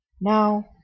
Now